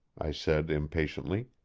i said impatiently.